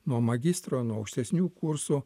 nuo magistro nuo aukštesnių kursų